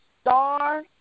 star